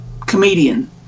comedian